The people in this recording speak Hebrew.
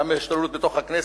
גם מההשתוללות בתוך הכנסת,